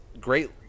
great